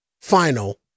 final